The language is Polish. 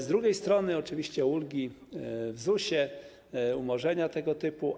Z drugiej strony oczywiście są ulgi w ZUS-ie, umorzenia tego typu.